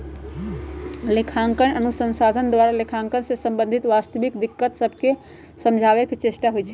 लेखांकन अनुसंधान द्वारा लेखांकन से संबंधित वास्तविक दिक्कत सभके समझाबे के चेष्टा होइ छइ